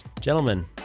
gentlemen